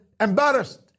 embarrassed